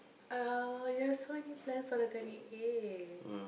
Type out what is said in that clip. uh you have so many plans on the twenty eighth